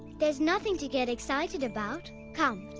there's nothing to get excited about. come!